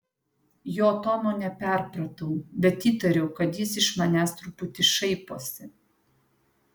jo tono neperpratau bet įtariau kad jis iš manęs truputį šaiposi